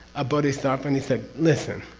a bodhisattva, and he said, listen,